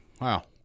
Wow